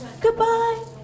Goodbye